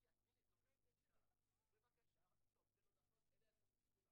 אנחנו לא יכולים להיות אחראים על ילדים שנולדים בחו"ל,